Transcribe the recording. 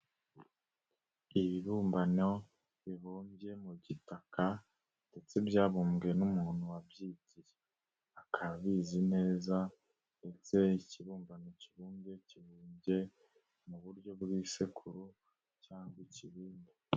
Ibibumbano bibumbye mu gitaka ndetse byabumbwe n'umuntu wabyigiye. Akaba abizi neza ndetse ikibumbano kibumbye, kibumbye mu buryo bw'isekuru cyangwa ikibindi.